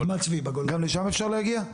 גם לשם אפשר להגיע?